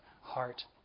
heart